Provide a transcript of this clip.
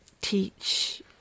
teach